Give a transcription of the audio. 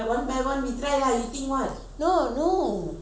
no no you don't understand